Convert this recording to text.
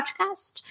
podcast